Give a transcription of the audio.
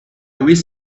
wish